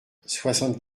soixante